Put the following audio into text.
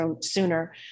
sooner